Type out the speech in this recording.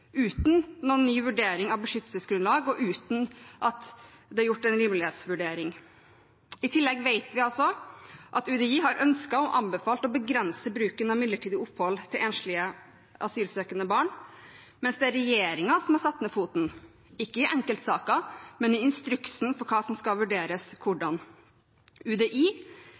uten noen ny vurdering av beskyttelsesgrunnlag og uten at det er gjort en rimelighetsvurdering. I tillegg vet vi at UDI har ønsket og anbefalt å begrense bruken av midlertidig opphold til enslige asylsøkende barn, mens det er regjeringen som har satt ned foten, ikke i enkeltsaker, men i instruksen for hva som skal vurderes hvordan. UDI